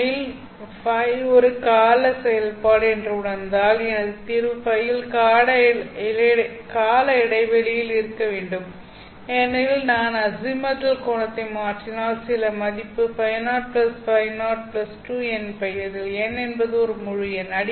உண்மையில் φ ஒரு கால செயல்பாடு என்று உணர்ந்தால் எனது தீர்வு φ ல் கால இடைவெளியில் இருக்க வேண்டும் ஏனெனில் நான் அசிமதல் கோணத்தை மாற்றினால் சில மதிப்பு φ0 φ0 2nπ அதில் n என்பது ஒரு முழு எண்